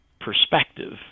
perspective